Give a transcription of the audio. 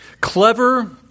Clever